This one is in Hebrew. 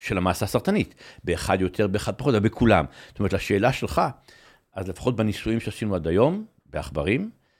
של המעשה הסרטנית, באחד יותר, באחד פחות, אבל בכולם. זאת אומרת, לשאלה שלך, אז לפחות בניסויים שעשינו עד היום, בעכברים,